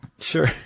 Sure